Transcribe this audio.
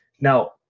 Now